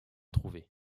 trouvées